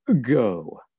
go